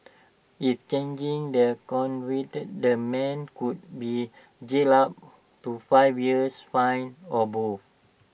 if changing the convicted the man could be jailed up to five years fined or both